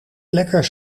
lekker